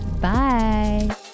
Bye